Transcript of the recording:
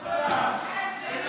חוצפה.